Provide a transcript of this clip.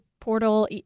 portal